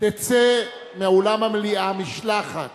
תצא מאולם המליאה משלחת